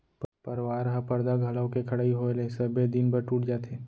परवार ह परदा घलौ के खड़इ होय ले सबे दिन बर टूट जाथे